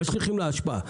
הם משליכים לאשפה.